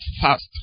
fast